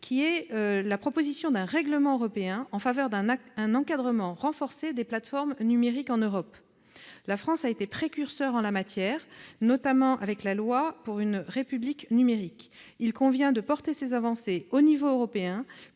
vue de proposer un règlement européen en faveur d'un encadrement renforcé des plateformes numériques en Europe. La France a été précurseur en la matière, notamment avec la loi pour une République numérique. Il convient de porter ces avancées au niveau européen,